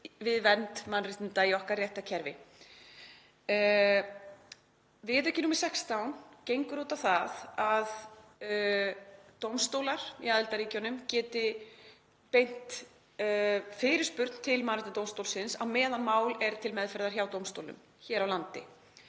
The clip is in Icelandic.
við vernd mannréttinda í okkar réttarkerfi. Viðauki nr. 16 gengur út á það að dómstólar í aðildarríkjunum geti beint fyrirspurn til Mannréttindadómstóls Evrópu á meðan mál er til meðferðar hjá dómstólum hér á landi